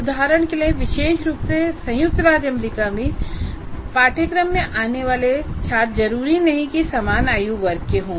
उदाहरण के लिए विशेष रूप से संयुक्त राज्य अमेरिका में पाठ्यक्रम में आने वाले छात्र जरूरी नहीं कि समान आयु वर्ग के हों